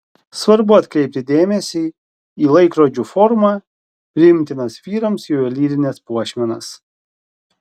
svarbu atkreipti dėmesį į laikrodžių formą priimtinas vyrams juvelyrines puošmenas